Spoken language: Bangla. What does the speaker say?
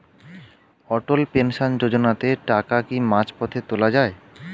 অটল পেনশন যোজনাতে টাকা কি মাঝপথে তোলা যায়?